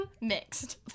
mixed